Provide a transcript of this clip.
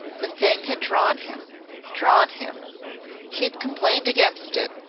the thing had drawn him drawn him he had complained against it,